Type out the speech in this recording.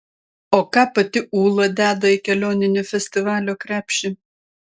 o ką pati ūla deda į kelioninį festivalio krepšį